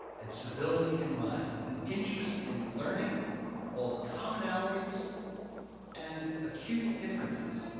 and civility in mind, with an interest in learning both commonalities and acute differences,